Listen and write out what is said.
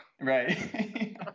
Right